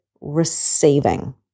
receiving